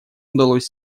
удалось